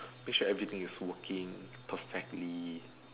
make sure everything is working perfectly